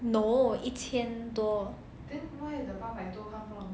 no 一千多